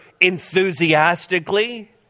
enthusiastically